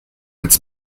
its